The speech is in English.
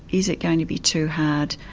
is it going to be too hard.